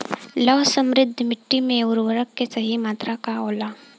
लौह समृद्ध मिट्टी में उर्वरक के सही मात्रा का होला?